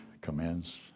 commence